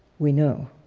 we know.